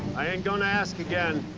i ain't gonna ask again.